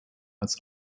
als